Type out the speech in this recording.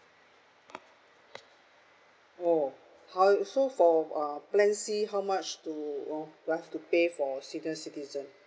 oh how so for uh plan C how much to uh have to pay for senior citizen